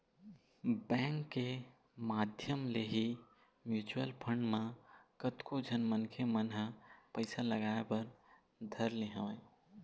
bank के माधियम ले ही म्यूचुवल फंड म कतको झन मनखे मन ह पइसा लगाय बर धर ले हवय